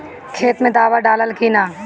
खेत मे दावा दालाल कि न?